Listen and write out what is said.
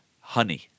Honey